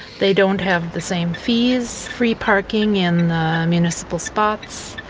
they don't have the same fees, free parking in municipal spots,